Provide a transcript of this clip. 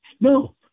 No